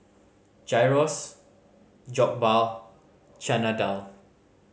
Gyros Jokbal Chana Dal